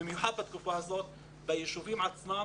במיוחד בתקופה הזאת, בישובים עצמם.